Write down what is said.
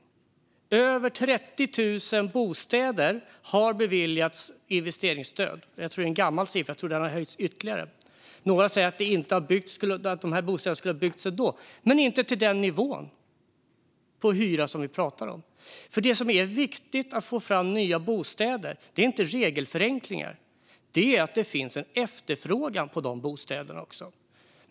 Över 30 000 bostäder har beviljats investeringsstöd. Jag tror för övrigt att det är en gammal siffra; den har nog höjts ytterligare. Några säger att det inte har byggts något eller att dessa bostäder skulle ha byggts ändå, men det skulle inte skett till den hyresnivå som vi talar om. Det viktiga är inte regelförenklingar, utan det är att få fram nya bostäder eftersom det finns en efterfrågan på dessa bostäder.